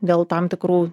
dėl tam tikrų